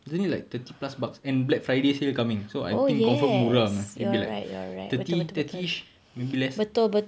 isn't it like thirty plus bucks and black friday sale coming so I think confirm murah punya maybe like thirty thirty-ish maybe less